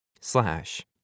slash